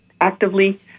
actively